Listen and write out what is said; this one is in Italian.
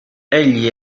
egli